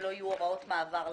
מוכן ללכת לפי דין תורה,